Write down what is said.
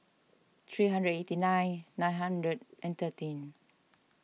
three hundred and eighty nine nine hundred and thirteen